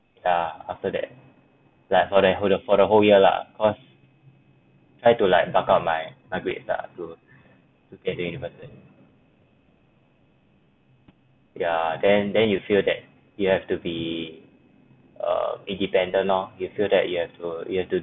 ya after that like for the whole for the whole year lah cause try to like buck up my my grades lah to to get in a yeah and then you feel that you have to be err independent lor you feel that you have to you have to